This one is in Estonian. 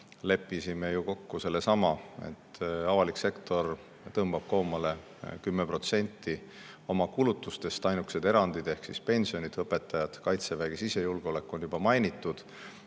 Leppisime ju kokku sellesama, et avalik sektor tõmbab koomale 10% oma kulutustest. Ainukesed erandid ehk siis pensionid, õpetajad, Kaitsevägi ja sisejulgeolek on juba mainitud.